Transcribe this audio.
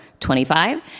25